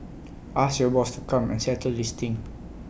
ask your boss come and settle this thing